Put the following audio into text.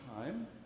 time